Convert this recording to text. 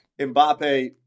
Mbappe